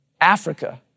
Africa